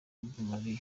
marley